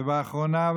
ובאחרונה,